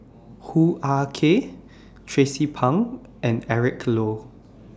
Hoo Ah Kay Tracie Pang and Eric Low